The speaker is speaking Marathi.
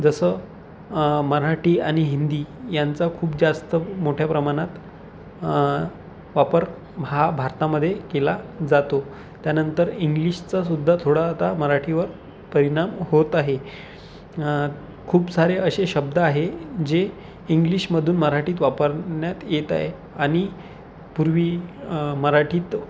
जसं मराठी आणि हिंदी यांचा खूप जास्त मोठ्या प्रमाणात वापर हा भारतामध्ये केला जातो त्यानंतर इंग्लिशचा सुुद्धा थोडा आता मराठीवर परिणाम होत आहे खूप सारे असे शब्द आहे जे इंग्लिशमधून मराठीत वापरण्यात येत आहे आणि पूर्वी मराठीत